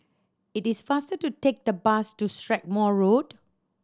it is faster to take the bus to Strathmore Road